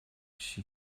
she